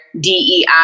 dei